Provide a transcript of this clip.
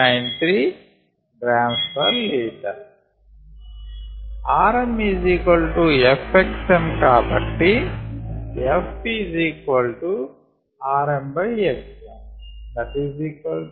93 gl 1 RmFxmకాబట్టి FRmxm50021